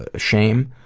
ah shame,